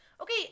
Okay